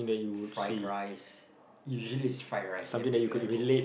fried rice usually it's fried rice everywhere I go